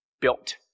built